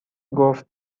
گفت